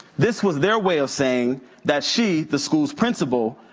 this was their way of saying that she, the school's principal,